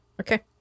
Okay